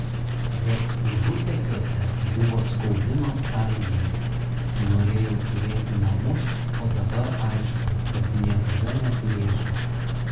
bet užutekiuose buvo skaudi nostalgija norėjau turėti namus o dabar aišku kad niekada neturėsiu